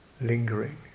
lingering